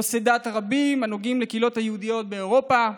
נושאי דת רבים הנוגעים לקהילות היהודיות באירופה,